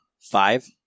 five